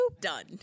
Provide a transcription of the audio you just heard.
Done